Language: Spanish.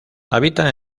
habita